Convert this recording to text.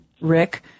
Rick